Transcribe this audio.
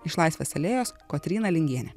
iš laisvės alėjos kotryna lingienė